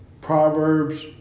Proverbs